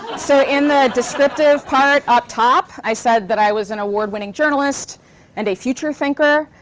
so in the descriptive part up top, i said that i was an award-winning journalist and a future thinker.